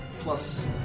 plus